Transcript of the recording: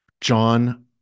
john